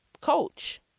coach